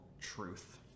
truth